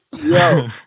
Yo